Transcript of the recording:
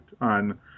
on